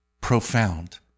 profound